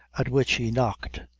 at which he knocked,